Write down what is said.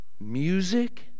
music